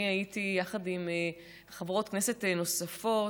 הייתי בו יחד עם חברות כנסת נוספות,